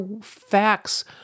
facts